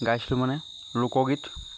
গাইছিলোঁ মানে লোকগীত